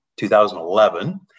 2011